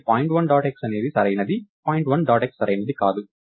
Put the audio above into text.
కాబట్టి point dot x అనేది సరైనది పాయింట్ డాట్ x సరైనది కాదు